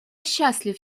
счастлив